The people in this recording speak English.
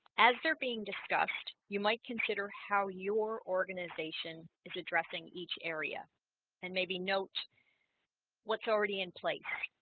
as they're being discussed you might consider how your organization is addressing each area and maybe note what's already in place?